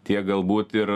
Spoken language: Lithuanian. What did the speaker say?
tiek galbūt ir